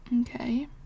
okay